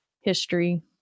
history